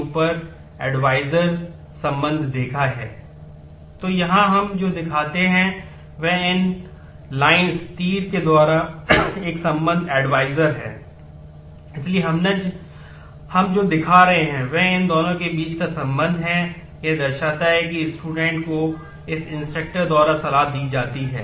e1€E1 e2€E2 e3€E3 तो यहाँ हम जो दिखाते हैं वह इन लाइन्स द्वारा सलाह दी जाती है